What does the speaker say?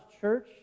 church